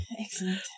Excellent